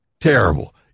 terrible